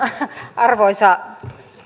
arvoisa